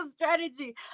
strategy